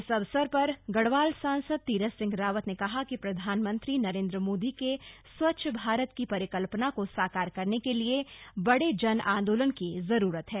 इस अवसर पर गढ़वाल सांसद तीरथ सिंह रावत ने कहा कि प्रधानमंत्री नरेन्द्र मोदी के स्वच्छ भारत की परिकल्पना को साकार करने के लिए बड़े जन आन्दोलन की जरूरत है